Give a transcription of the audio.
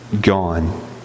gone